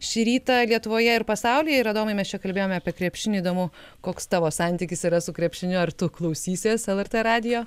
šį rytą lietuvoje ir pasaulyje ir adomai mes čia kalbėjome apie krepšinį įdomu koks tavo santykis yra su krepšiniu ar tu klausysies lrt radijo